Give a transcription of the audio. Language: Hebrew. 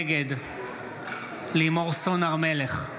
נגד לימור סון הר מלך,